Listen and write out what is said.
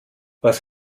was